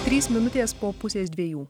trys minutės po pusės dviejų